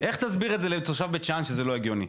איך תסביר את זה לתושב בית שאן, שזה לא הגיוני?